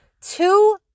Two